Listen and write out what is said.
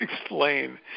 explain